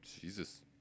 jesus